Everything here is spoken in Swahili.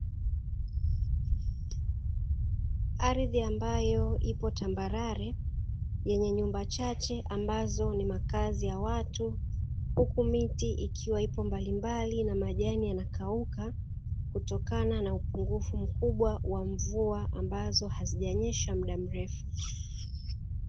Ardhi ambayo ipo tambarare yenye nyumba chache ambazo ni makazi ya watu, huku miti ikiwa ipo mbalimbali na majani yanakauka, kutokana na upungufu mkubwa wa mvua ambazo hazijanyesha muda mrefu.